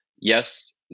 yes